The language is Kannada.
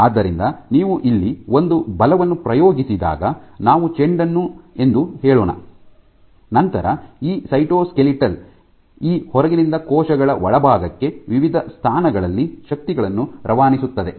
ಆದ್ದರಿಂದ ನೀವು ಇಲ್ಲಿ ಒಂದು ಬಲವನ್ನು ಪ್ರಯೋಗಿಸಿದಾಗ ನಾವು ಚೆಂಡನ್ನು ಎಂದು ಹೇಳೋಣ ನಂತರ ಈ ಸೈಟೋಸ್ಕೆಲಿಟಲ್ ಈ ಹೊರಗಿನಿಂದ ಕೋಶಗಳ ಒಳಭಾಗಕ್ಕೆ ವಿವಿಧ ಸ್ಥಾನಗಳಲ್ಲಿ ಶಕ್ತಿಗಳನ್ನು ರವಾನಿಸುತ್ತದೆ